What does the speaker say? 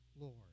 Lord